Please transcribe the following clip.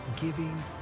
giving